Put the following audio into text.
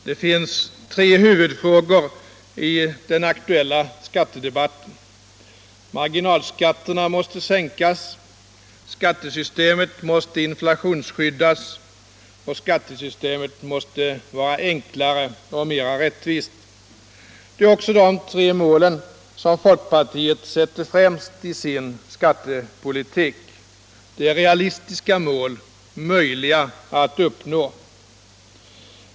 Herr talman! I den aktuella skattedebatten finns tre huvudfrågor. Marginalskatterna måste sänkas, och skattesystemet måste inflationsskyddas samt göras enklare och mer rättvist. Dessa tre mål sätter folkpartiet främst i sin skattepolitik. Det är realistiska mål, möjliga att uppnå.